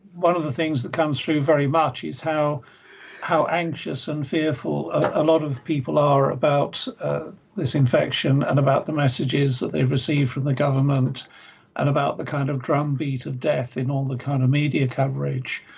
one of the things that comes through very much is how how anxious and fearful a lot of people are about this infection and about the messages that they've received from the government and about the kind of drumbeat of death in all the kind of media coverage.